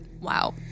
Wow